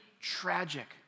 tragic